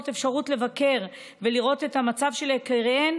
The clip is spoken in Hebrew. אפשרות לבקר ולראות את המצב של יקיריהם,